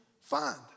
find